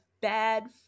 bad